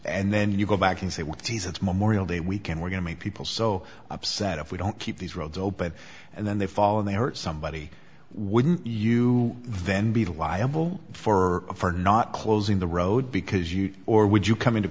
and then you go back and say what jesus memorial day weekend we're going to make people so upset if we don't keep these roads open and then they fall and they hurt somebody wouldn't you then be liable for not closing the road because you or would you come into